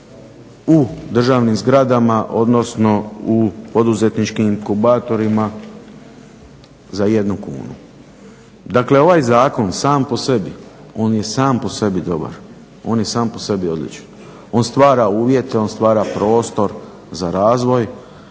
u državnim zgradama, odnosno u poduzetničkim inkubatorima za jednu kunu. Dakle, ovaj zakon sam po sebi on je sam po sebi dobar, on je sam po sebi odličan. On stvara uvjete, on stvara prostor za razvoj,